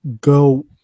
go